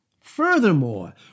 Furthermore